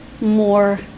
more